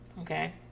okay